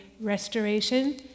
restoration